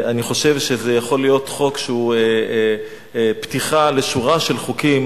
אני חושב שזה יכול להיות חוק שהוא פתיחה לשורה של חוקים